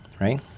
right